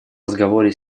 разговоре